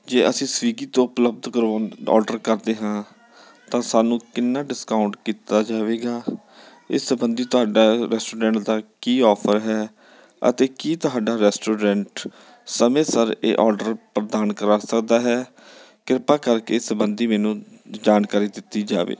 ਜੇ ਅਸੀਂ ਸਵੀਗੀ ਤੋਂ ਉਪਲੱਬਧ ਕਰਵਾਉਣ ਔਡਰ ਕਰਦੇ ਹਾਂ ਤਾਂ ਸਾਨੂੰ ਕਿੰਨਾ ਡਿਸਕਾਊਂਟ ਕੀਤਾ ਜਾਵੇਗਾ ਇਸ ਸਬੰਧੀ ਤੁਹਾਡਾ ਰੈਸਟੋਰੈਂਟ ਦਾ ਕੀ ਔਫਰ ਹੈ ਅਤੇ ਕੀ ਤੁਹਾਡਾ ਰੈਸਟੋਰੈਂਟ ਸਮੇਂ ਸਿਰ ਇਹ ਔਡਰ ਪ੍ਰਦਾਨ ਕਰਵਾ ਸਕਦਾ ਹੈ ਕਿਰਪਾ ਕਰਕੇ ਇਸ ਸਬੰਧੀ ਮੈਨੂੰ ਜਾਣਕਾਰੀ ਦਿੱਤੀ ਜਾਵੇ